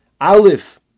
Aleph